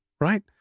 right